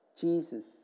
Jesus